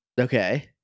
Okay